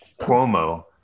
Cuomo